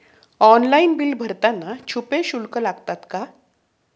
Online bill भरताना छुपे शुल्क लागतात का?